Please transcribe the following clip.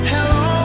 Hello